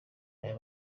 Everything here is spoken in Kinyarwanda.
aya